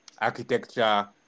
architecture